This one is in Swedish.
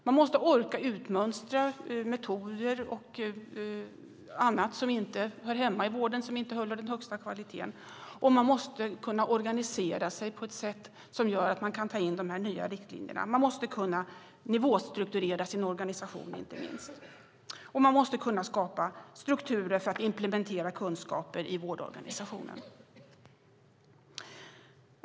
Man måste orka utmönstra metoder och annat som inte hör hemma i vården och inte håller den högsta kvaliteten, och man måste kunna organisera sig på ett sätt som gör att man kan ta in de här nya riktlinjerna. Man måste kunna nivåstrukturera sin organisation, inte minst, och man måste kunna skapa strukturer för att implementera kunskaper i vårdorganisationen. Herr talman!